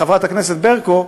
חברת הכנסת ברקו,